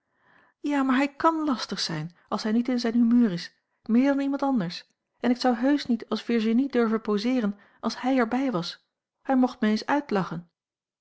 ja maar hij kàn lastig zijn als hij niet in zijn humeur is meer dan iemand anders en ik zou heusch niet als virginie durven poseeren als hij er bij was hij mocht mij eens uitlachen